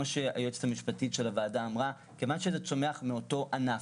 שהיועצת המשפטית של הוועדה אמרה שכיוון שזה צומח מאותו ענף,